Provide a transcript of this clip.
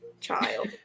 child